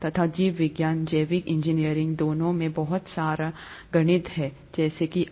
तथा जीव विज्ञान जैविक इंजीनियरिंग दोनों में बहुत सारा गणित हैं जैसे कि अब